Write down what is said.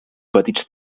petits